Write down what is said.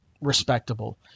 respectable